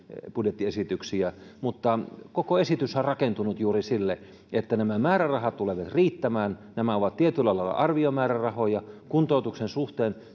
budjettiesityksiä mutta koko esityshän on rakentunut juuri sille että nämä määrärahat tulevat riittämään nämä ovat tietyllä lailla arviomäärärahoja kuntoutuksen suhteen